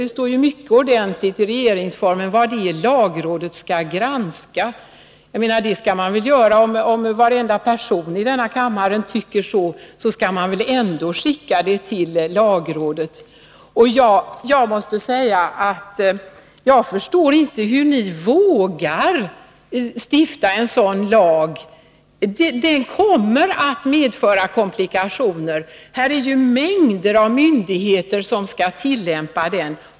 Det står mycket ordentligt i regeringsformen vad det är lagrådet skall granska. Om fullständig enighet råder i denna kammare skall man väl ändå skicka lagförslaget till lagrådet. Jag måste säga att jag inte förstår hur ni vågar stifta en sådan lag. Den kommer att medföra komplikationer — det är mängder av myndigheter som skall tillämpa den.